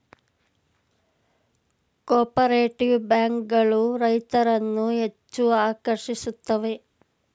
cooperative bank ಗಳು ರೈತರನ್ನು ಹೆಚ್ಚು ಆಕರ್ಷಿಸುತ್ತವೆ